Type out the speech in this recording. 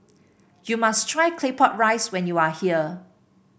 you must try Claypot Rice when you are here